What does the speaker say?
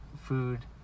food